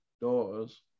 daughters